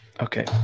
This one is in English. Okay